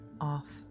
off